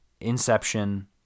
Inception